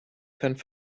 können